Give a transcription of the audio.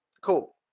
Cool